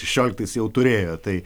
šešioliktais jau turėjo tai